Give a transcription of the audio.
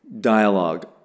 dialogue